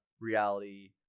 reality